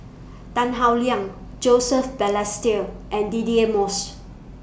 Tan Howe Liang Joseph Balestier and Deirdre Moss